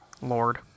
Lord